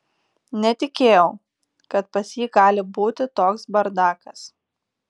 netikėjau kad pas jį gali būti toks bardakas